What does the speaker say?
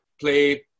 play